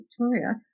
Victoria